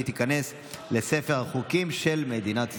והחוק ייכנס לספר החוקים של מדינת ישראל.